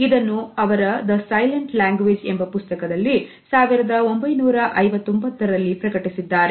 ಇದನ್ನು ಅವರ The Silent Language ಎಂಬ ಪುಸ್ತಕದಲ್ಲಿ 1959 ರಲ್ಲಿ ಪ್ರಕಟಿಸಿದ್ದಾರೆ